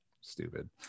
stupid